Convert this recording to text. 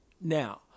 Now